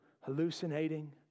hallucinating